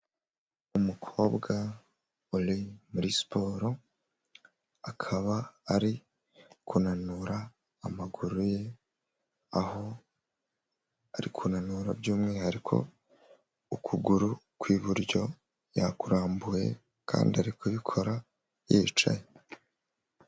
Umukobwa uri muri siporo, akaba ari kunanura amaguru ye, aho ari kunanura by'umwihariko ukuguru kw'iburyo yakurambuye, kandi ari kubikora yicaye.